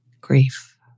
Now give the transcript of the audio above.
grief